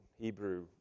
Hebrew